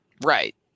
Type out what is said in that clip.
Right